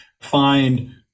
find